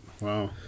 wow